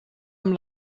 amb